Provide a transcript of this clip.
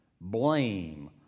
Blame